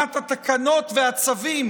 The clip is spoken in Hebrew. רשימת התקנות והצווים